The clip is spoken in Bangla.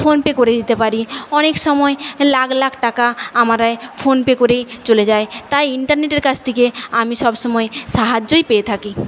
ফোনপে করে দিতে পারি অনেক সময় লাখ লাখ টাকা আমারে ফোনপে করেই চলে যায় তাই ইন্টারনেটের কাছ থেকে আমি সব সময় সাহায্যই পেয়ে থাকি